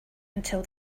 until